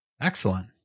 Excellent